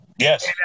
Yes